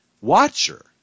watcher